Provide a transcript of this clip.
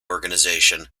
organization